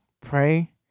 pray